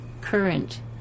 current